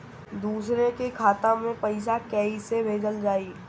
दूसरे के खाता में पइसा केइसे भेजल जाइ?